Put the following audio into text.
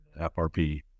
FRP